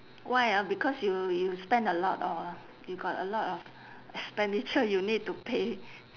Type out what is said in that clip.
why ah because you you spend a lot or you got a lot of expenditure you need to pay